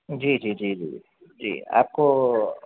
جی جی جی جی آپ کو